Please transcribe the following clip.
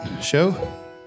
show